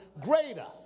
greater